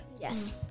Yes